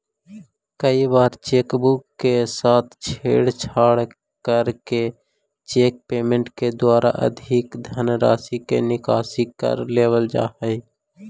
कई बार cheque book के साथ छेड़छाड़ करके चेक पेमेंट के द्वारा अधिक धनराशि के निकासी कर लेवल जा हइ